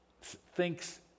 thinks